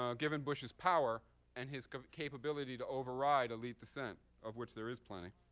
um given bush's power and his capability to override elite dissent, of which there is plenty.